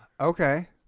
Okay